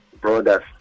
brothers